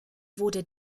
wurde